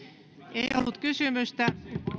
ei ollut kysymystä